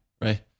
right